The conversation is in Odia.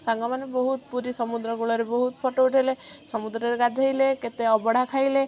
ସାଙ୍ଗମାନେ ବହୁତ ପୁରୀ ସମୁଦ୍ର କୂଳରେ ବହୁତ ଫଟୋ ଉଠାଇଲେ ସମୁଦ୍ରରେ ଗାଧୋଇଲେ କେତେ ଅବଢ଼ା ଖାଇଲେ